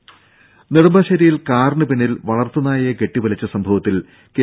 രുര നെടുമ്പാശ്ശേരിയിൽ കാറിന് പിന്നിൽ വളർത്തുനായയെ കെട്ടിവലിച്ച സംഭവത്തിൽ കെ